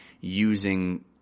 using